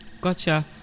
Gotcha